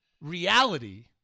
reality